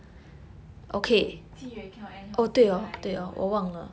eh 七月 cannot anyhow say die that word